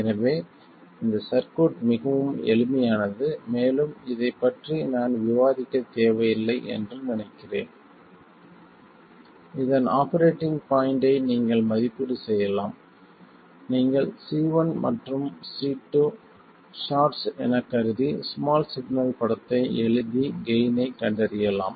எனவே இந்த சர்க்யூட் மிகவும் எளிமையானது மேலும் இதைப் பற்றி நான் விவாதிக்கத் தேவையில்லை என்று நினைக்கிறேன் இதன் ஆபரேட்டிங் பாய்ண்ட்டை நீங்கள் மதிப்பீடு செய்யலாம் நீங்கள் C1 மற்றும் C2 ஷார்ட்ஸ் எனக் கருதி ஸ்மால் சிக்னல் படத்தை எழுதி கெய்ன் ஐக் கண்டறியலாம்